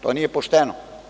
To nije pošteno.